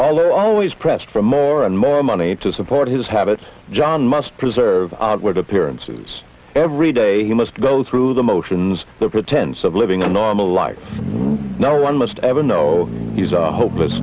although always pressed for more and more money to support his habit john must preserve outward appearances every day he must go through the motions the pretense of living a normal life now one must ever know he's a hopeless